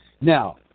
Now